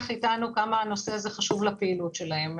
איתנו כמה הנושא הזה חשוב לפעילות שלהם.